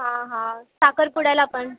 हां हां साखरपुड्याला पण